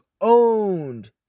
owned